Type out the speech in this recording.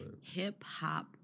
Hip-hop